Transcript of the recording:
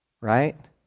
Right